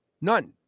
None